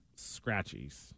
Scratchies